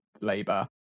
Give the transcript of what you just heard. Labour